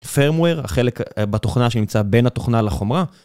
Firmware, החלק בתוכנה שנמצא בין התוכנה לחומרה.